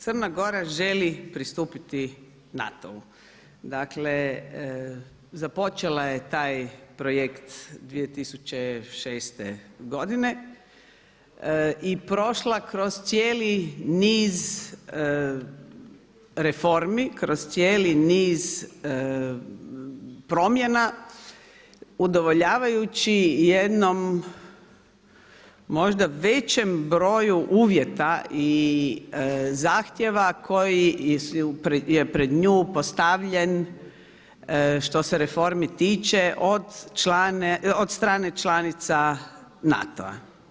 Crna Gora želi pristupiti NATO-u, dakle započela je taj projekt 2006. godine i prošla kroz cijeli niz reformi, kroz cijeli niz promjena udovoljavajući jednom možda većem broju uvjeta i zahtjeva koji je pred nju postavljen što se reformi tiče od strane članica NATO-a.